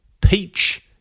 peach